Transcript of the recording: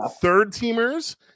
third-teamers